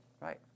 Right